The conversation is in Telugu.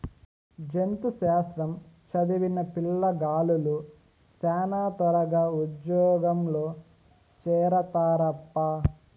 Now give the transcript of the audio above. జంతు శాస్త్రం చదివిన పిల్లగాలులు శానా త్వరగా ఉజ్జోగంలో చేరతారప్పా